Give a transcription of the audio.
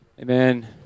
amen